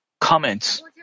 comments